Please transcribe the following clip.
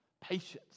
Patience